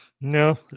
No